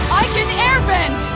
i can airbend!